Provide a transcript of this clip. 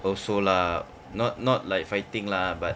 also lah not not like fighting lah but